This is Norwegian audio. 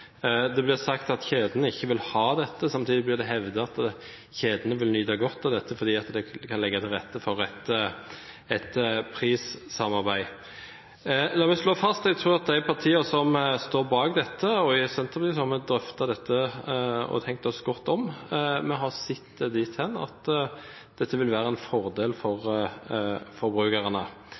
Det blir sagt at kjedene ikke vil ha det, men samtidig blir det hevdet at kjedene vil nyte godt av dette fordi det kan legge til rette for et prissamarbeid. La meg slå fast: Jeg tror at de partiene som står bak dette – i Senterpartiet har vi drøftet dette og tenkt oss godt om – har sett det slik at dette vil være en fordel for forbrukerne.